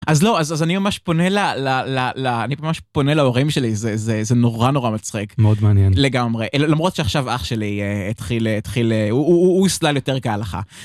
אז לא אז אז אני ממש פונה לה לה לה לה אני ממש פונה להורים שלי זה זה זה נורא נורא מצחיק מאוד מעניין לגמרי למרות שעכשיו אח שלי התחיל התחיל אה.. הוא הוסלל יותר כהלכה.